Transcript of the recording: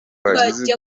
wagize